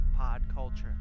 podculture